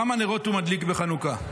כמה נרות הוא מדליק בחנוכה.